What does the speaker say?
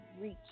reach